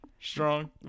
Strong